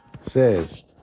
Says